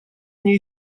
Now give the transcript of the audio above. мне